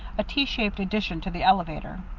a t-shaped addition to the elevator.